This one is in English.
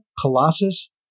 Colossus